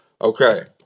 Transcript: Okay